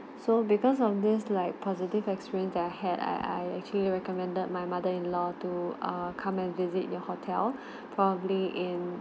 so because of this like positive experience that I had I I actually recommended my mother-in-law to err come and visit your hotel probably in